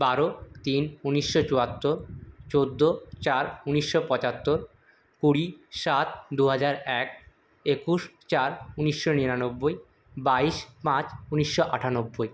বারো তিন উনিশশো চুয়াত্তর চোদ্দো চার উনিশশো পঁচাত্তর কুড়ি সাত দুহাজার এক একুশ চার উনিশশো নিরানব্বই বাইশ পাঁচ উনিশশো আটানব্বই